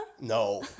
No